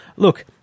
Look